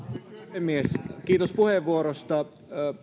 puhemies kiitos puheenvuorosta